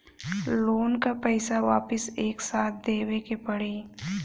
Loan का पईसा वापिस एक साथ देबेके पड़ी?